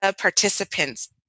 participants